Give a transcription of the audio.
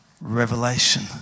revelation